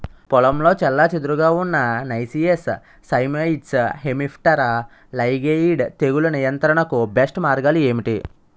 పొలంలో చెల్లాచెదురుగా ఉన్న నైసియస్ సైమోయిడ్స్ హెమిప్టెరా లైగేయిడే తెగులు నియంత్రణకు బెస్ట్ మార్గాలు ఏమిటి?